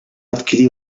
adquirir